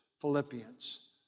Philippians